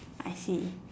I see